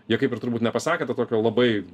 jie kaip ir turbūt nepasakė to tokio labai